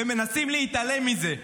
והם מנסים להתעלם מזה.